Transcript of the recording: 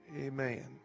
Amen